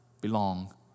belong